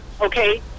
Okay